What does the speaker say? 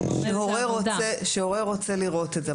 היא פותחת משפחתון